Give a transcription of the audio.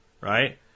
right